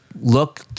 look